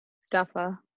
Stuffer